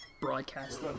broadcast